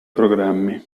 programmi